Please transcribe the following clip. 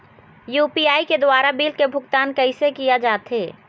UPI के द्वारा bill के भुगतान कैसे किया जाथे?